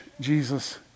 Jesus